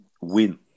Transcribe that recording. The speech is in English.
win